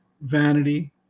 vanity